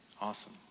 awesome